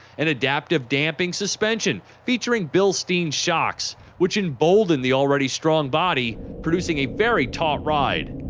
and adaptive damping suspension featuring bilstein shocks which embolden the already strong body producing a very taut ride,